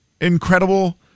incredible